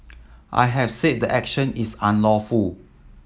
I have said the action is unlawful